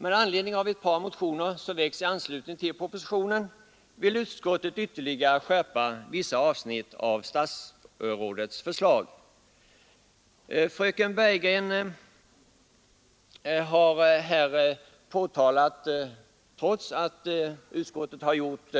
Med anledning av ett par motioner som väckts i anslutning till propositionen vill utskottet ytterligare skärpa vissa avsnitt av statsrådets förslag. Fröken Bergegren har här, trots att utskottet har gjort